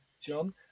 John